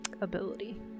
ability